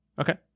Okay